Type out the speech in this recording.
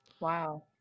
Wow